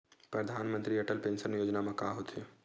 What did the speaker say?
परधानमंतरी अटल पेंशन योजना मा का होथे?